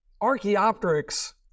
Archaeopteryx